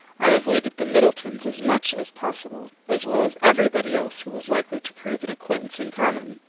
i avoided the middletons as much as possible, as well as everybody else who was likely to prove an acquaintance in common.